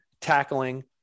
tackling